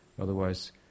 Otherwise